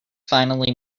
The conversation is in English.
finally